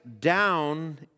down